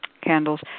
candles